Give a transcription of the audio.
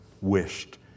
wished